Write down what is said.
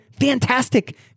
fantastic